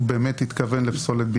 למרות שהסעיף כן התכוון לזה.